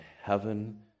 heaven